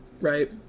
right